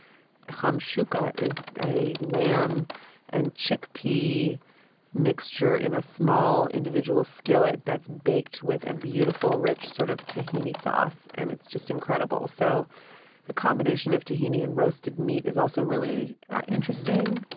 hamshuka is a lamb and chickpea mixture in a small individual skillet that's baked with a beautiful, rich sort of tahini sauce, and it's just incredible. so the combination of tahini and roasted meat is also really interesting.